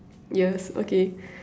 years okay